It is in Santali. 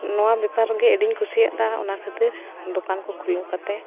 ᱱᱚᱣᱟ ᱵᱮᱯᱟᱨ ᱨᱮᱜᱮ ᱟᱹᱰᱤᱧ ᱠᱩᱥᱤᱭᱟᱜ ᱫᱟ ᱚᱱᱟ ᱠᱷᱟᱹᱛᱤᱨ ᱫᱚᱠᱟᱱ ᱠᱚ ᱠᱷᱩᱞᱟᱹᱣ ᱠᱟᱛᱮᱫ